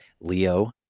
Leo